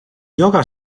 yoga